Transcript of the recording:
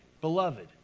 beloved